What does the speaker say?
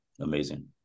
amazing